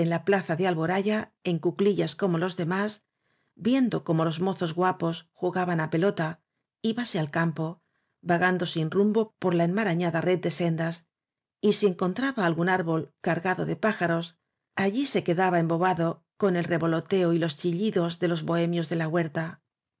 la plaza de alboraya en cuclillas como los demás viendo cómo los mozos guapos jugaban á pe lota íbase al campo vagando sin rumbo por la enmarañada red de sendas y si encontraba algún árbol cargado de pájaros allí se quedaba embobado con el revoloteo y los chillidos de los bohemios de la huerta